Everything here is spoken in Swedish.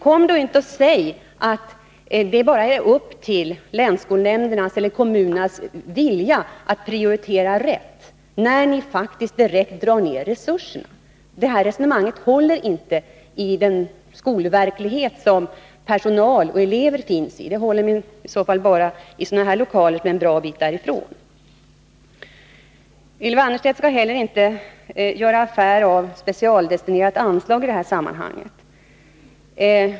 Kom då inte och säg att det bara ankommer på länsskolnämndernas eller kommunernas vilja att prioritera rätt, då ni faktiskt direkt drar ned resurserna. Det resonemanget håller inte i den skolverklighet som personal och elever befinner sig i. Det håller bara när det gäller lokaler som finns en bra bit därifrån. Ylva Annerstedt skall heller inte göra affär av specialdestinerade anslag i det här sammanhanget.